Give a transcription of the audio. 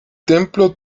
templo